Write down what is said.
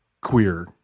queer